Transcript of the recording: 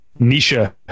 Nisha